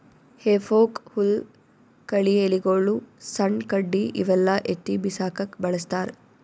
ಹೆಫೋಕ್ ಹುಲ್ಲ್ ಕಳಿ ಎಲಿಗೊಳು ಸಣ್ಣ್ ಕಡ್ಡಿ ಇವೆಲ್ಲಾ ಎತ್ತಿ ಬಿಸಾಕಕ್ಕ್ ಬಳಸ್ತಾರ್